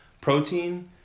Protein